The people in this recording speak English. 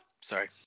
Sorry